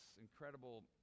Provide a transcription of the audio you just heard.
incredible